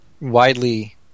widely